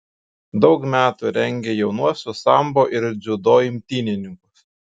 daug metų rengė jaunuosius sambo ir dziudo imtynininkus